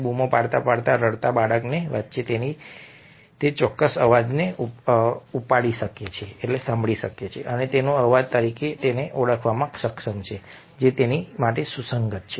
બૂમો પાડતા અને રડતા ઘણા બાળકો વચ્ચે તેણી તે ચોક્કસ અવાજને ઉપાડી શકે છે અને તેને તે અવાજ તરીકે ઓળખવામાં સક્ષમ છે જે તેના માટે સુસંગત છે